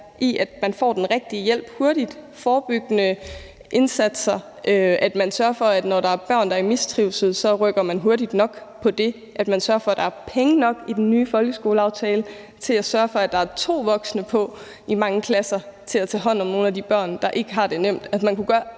i, at man får den rigtige hjælp hurtigt med forebyggende indsatser; at man sørger for, når der er børn, der er i mistrivsel, at rykke hurtigt nok i forhold til det; og at der er penge nok i den nye folkeskoleaftale til at sørge for, at der er to voksne på i mange klasser til at tage hånd om nogle af de børn, der ikke har det nemt. Altså, man kunne gøre